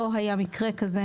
לא היה מקרה כזה.